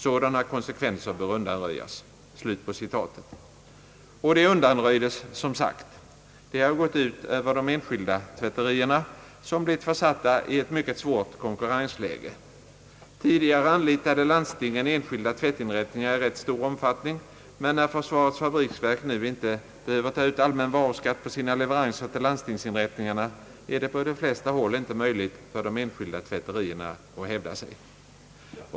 Sådana konsekvenser bör undanröjas.» Och de undanröjdes som sagt. Detta har gått ut över de enskilda tvätterierna, som blivit försatta i ett mycket svårt konkurrensläge. Tidigare anlitade landstingen enskilda tvättinrättningar i ganska stor omfattning, men när försvarets fabriksverk nu inte behöver ta ut allmän varuskatt på sina leveranser till landstingsinrättningarna, är det på de flesta håll inte möjligt för de enskilda tvätterierna att hävda sig.